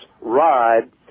ride